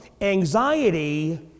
Anxiety